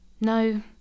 No